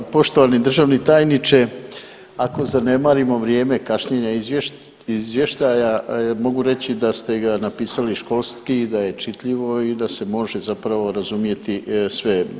Poštovani državni tajniče ako zanemarimo vrijeme kašnjenja izvještaja mogu reći da ste ga napisali školski i da je čitljivo i da se može zapravo razumjeti sve.